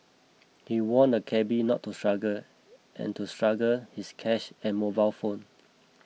he warned the cabby not to struggle and to struggle his cash and mobile phone